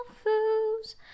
fools